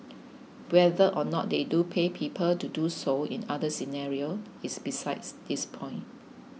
whether or not they do pay people to do so in other scenarios is besides this point